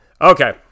okay